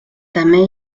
també